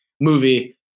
movie